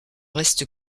reste